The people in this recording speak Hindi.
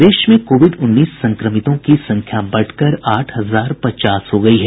प्रदेश में कोविड उन्नीस संक्रमितों की संख्या बढ़कर आठ हजार पचास हो गयी है